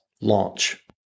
Launch